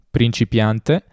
Principiante